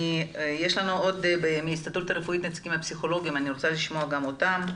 יש נציגים מההסתדרות הרפואית ואני רוצה לשמוע גם אותם,